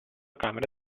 camera